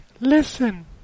listen